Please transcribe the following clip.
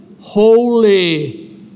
holy